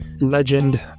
legend